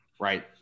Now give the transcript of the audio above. right